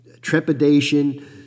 trepidation